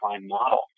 model